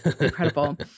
incredible